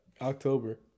October